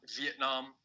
Vietnam